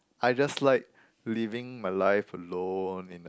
I just like living my life alone in a